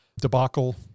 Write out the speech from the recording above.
debacle